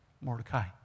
Mordecai